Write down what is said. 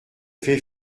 fait